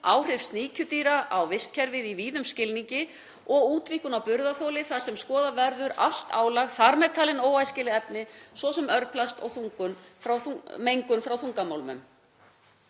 áhrif sníkjudýra á vistkerfið í víðum skilningi og útvíkkun á burðarþoli þar sem skoðað verður allt álag, þar með talin óæskileg efni, svo sem örplast og mengun frá þungmálmum.